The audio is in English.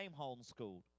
homeschooled